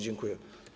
Dziękuję.